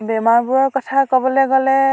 বেমাৰবোৰৰ কথা ক'বলৈ গ'লে